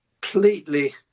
completely